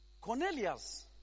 Cornelius